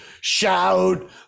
shout